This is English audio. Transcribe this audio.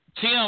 Tim